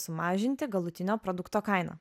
sumažinti galutinio produkto kainą